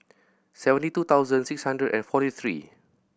seventy two thousand six hundred and forty three